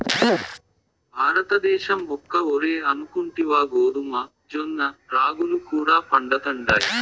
భారతద్దేశంల ఒక్క ఒరే అనుకుంటివా గోధుమ, జొన్న, రాగులు కూడా పండతండాయి